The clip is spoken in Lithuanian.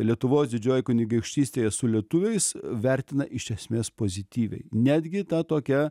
lietuvos didžiojoj kunigaikštystėje su lietuviais vertina iš esmės pozityviai netgi ta tokia